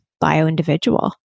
bio-individual